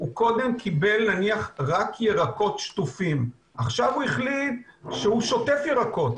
הוא קודם קיבל נניח רק ירקות שטופים ועכשיו הוא החליט שהוא שוטף ירקות,